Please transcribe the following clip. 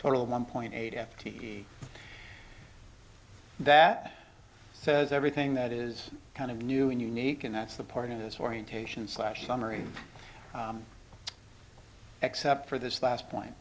total one point eight f t v that says everything that is kind of new and unique and that's the part of this orientation slash summary except for this last point